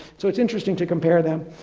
so it's interesting to compare them.